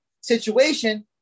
situation